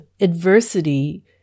adversity